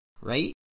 right